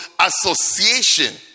association